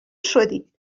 شدی